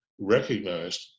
recognized